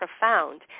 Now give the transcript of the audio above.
profound